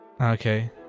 Okay